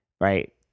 right